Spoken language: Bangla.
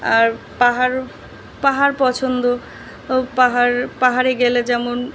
আর পাহাড়ও পাহাড় পছন্দ ও পাহাড় পাহাড়ে গেলে যেমন